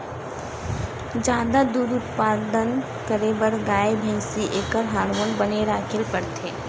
जादा दूद उत्पादन करे बर गाय, भइसी एखर हारमोन बने राखे ल परथे